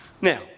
Now